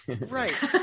Right